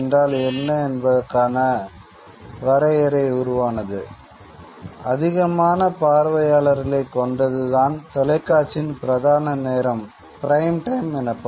இதனால் தொலைக்காட்சி எனப்படும்